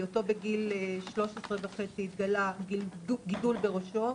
בהיותו בגיל 13 וחצי התגלה גידול בראשו,